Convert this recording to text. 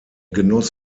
genoss